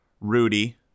Rudy